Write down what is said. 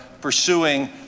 pursuing